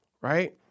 right